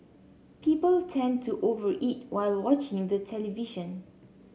people tend to over eat while watching the television